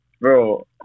bro